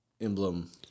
emblem